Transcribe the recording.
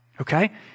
Okay